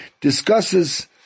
discusses